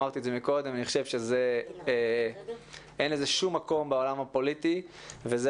אני חושב שאין לזה שום מקום בעולם הפוליטי וזה